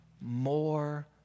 more